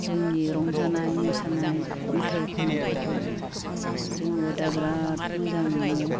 जोंनि रंजानाय मोसानाय मेथाइ खन्नायफोरखौ जोंबो दा बिराद मोजां मोनो